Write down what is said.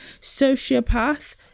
sociopath